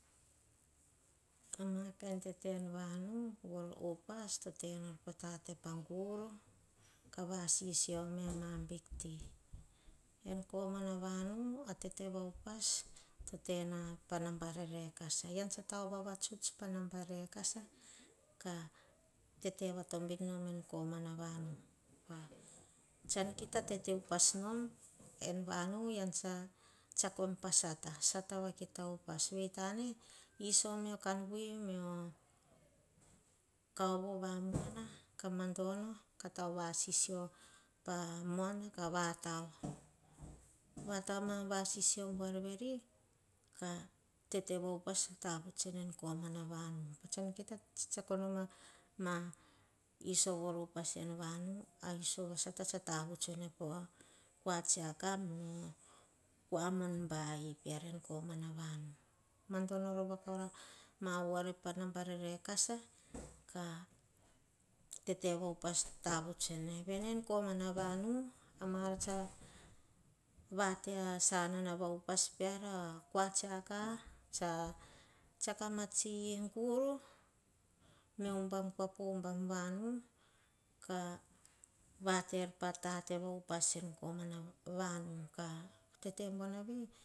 Mar a tete vavanu. Voro upas totenol pagaru kah vasisio me ama ti doen, en komana vanu atete va upas. To tena pa naba rerekasa en saha taoh vavatsuts pa naba rerekas, varan tetevato bin nom en komana vanu. Pa shan kita tete upas nom en vanu ean tsa tsiako em pa sat. Sata va kita upas. Veitane iso me oh kan wui me koh kava vamuana kah madono kah vatao, ma va sisio buar veri, kah tete va upas tavutene komana vanu pa sahon kita tsetsiako, nom ah ma iso upas en vanu, iso sata saha tavuts, pova kua tsiaka mono kua mun bahi en komana vanu madono rova kora ma a ma koma huts pah nabare rekasa tete va upas tavuts. Veni en vanu maar sara vate asamana upas peara u kua tsiaka saha tsiako ah ma sti guru me oh ubam kua pa ubam vanu kah vate-er kava te'er pa tate upas en komana vanu. Katete buanavi